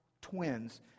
twins